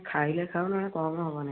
ଖାଇଲେ ଖାଅ ନହେଲେ କମ୍ ହବ ନାହିଁ